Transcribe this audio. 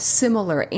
similar